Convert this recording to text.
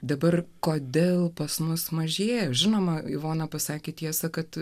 dabar kodėl pas mus mažėja žinoma ivona pasakė tiesą kad